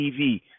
TV